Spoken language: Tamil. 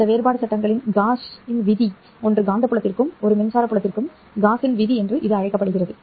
இந்த வேறுபாடு சட்டங்கள் காஸின் விதி ஒன்று காந்தப்புலத்திற்கும் ஒரு மின்சார புலத்திற்கும் அழைக்கப்படுகிறது